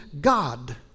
God